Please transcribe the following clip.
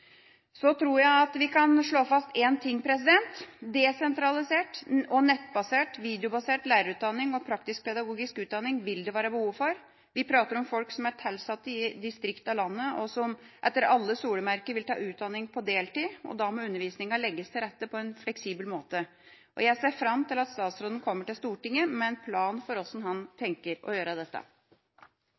Så tror jeg vi kan slå fast én ting: Desentralisert og nettbasert og videobasert lærerutdanning og Praktisk-pedagogisk utdanning vil det være behov for. Vi snakker om folk som er tilsatt i distrikter i landet, og som etter alle solmerker vil ta utdanning på deltid. Da må undervisninga legges til rette på en fleksibel måte. Jeg ser fram til at statsråden kommer til Stortinget med en plan for hvordan han tenker å gjøre dette.